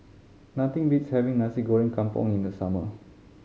nothing beats having Nasi Goreng Kampung in the summer